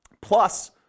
plus